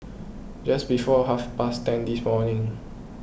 just before half past ten this morning